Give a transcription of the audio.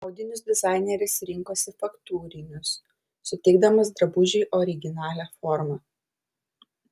audinius dizaineris rinkosi faktūrinius suteikdamas drabužiui originalią formą